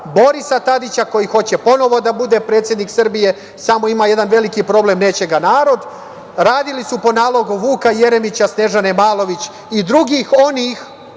Borisa Tadića, koji hoće ponovo da bude predsednik Srbije, samo ima jedan veliki problem - neće ga narod. Radili su po nalogu Vuka Jeremića, Snežane Malović i drugih onih